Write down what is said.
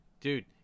dude